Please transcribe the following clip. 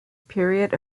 period